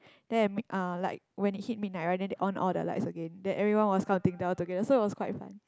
then uh like when it hit midnight right then they on all the lights again then everyone was counting down together so it was quite fun